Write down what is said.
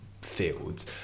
fields